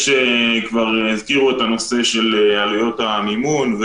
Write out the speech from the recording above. כבר הזכירו את הנושא של עלויות המימון,